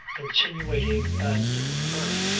insinuating and firm.